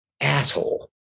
asshole